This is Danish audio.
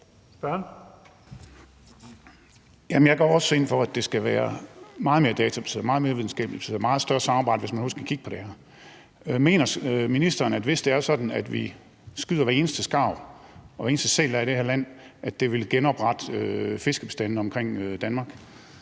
Jeg går også ind for, at det skal være meget mere databaseret, meget mere videnskabeligt baseret, og at der skal være et meget større samarbejde, hvis man overhovedet skal kigge på det her. Mener ministeren, at det, hvis det er sådan, at vi skyder hver eneste skarv og hver eneste sæl, der er i det her land, vil genoprette fiskebestandene omkring Danmark?